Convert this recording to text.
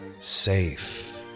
safe